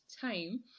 time